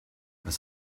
was